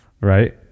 right